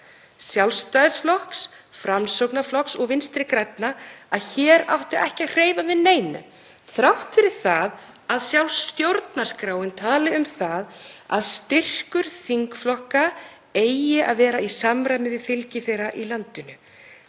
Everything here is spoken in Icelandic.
Sjálfstæðisflokks, Framsóknarflokks og Vinstri grænna, að hér átti ekki að hreyfa við neinu þrátt fyrir að sjálf stjórnarskráin tali um að styrkur þingflokka eigi að vera í samræmi við fylgi þeirra í landinu.